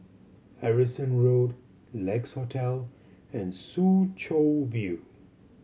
Harrison Road Lex Hotel and Soo Chow View